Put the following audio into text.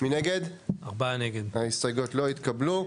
3 נגד 4 ההסתייגות לא התקבלו.